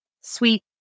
sweet